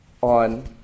on